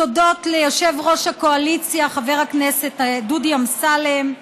תודות ליושב-ראש הקואליציה חבר הכנסת דודי אמסלם.